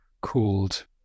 called